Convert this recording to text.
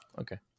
okay